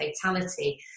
fatality